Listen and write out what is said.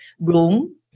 room